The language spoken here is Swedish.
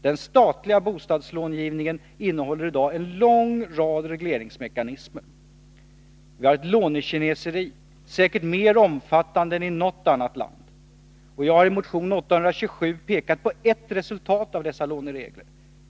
Den statliga bostadslångivningen innehåller i dag en lång rad regleringsmekanismer. Vi har ett lånekineseri säkert mer omfattande än i något annat land. Jag har i motion 827 pekat på ett resultat av dessa låneregler.